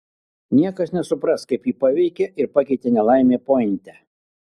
niekas nesupras kaip jį paveikė ir pakeitė nelaimė pointe